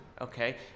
okay